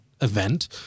event